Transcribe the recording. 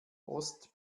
ost